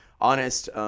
honest